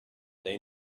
they